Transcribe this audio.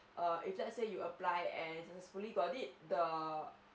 err if let say you apply and successfully got it the